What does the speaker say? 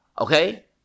okay